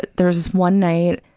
there was this one night,